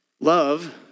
Love